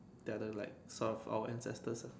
they are the like sort of like our ancestors